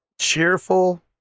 Cheerful